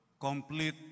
complete